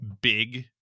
big